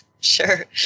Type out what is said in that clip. sure